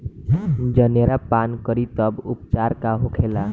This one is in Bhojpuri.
जनेरा पान करी तब उपचार का होखेला?